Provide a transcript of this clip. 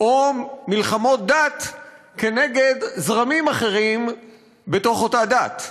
ובין שזה או מלחמות דת כנגד זרמים אחרים בתוך אותה דת.